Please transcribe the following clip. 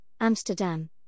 Amsterdam